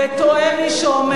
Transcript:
וטועה מי שאומר